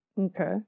Okay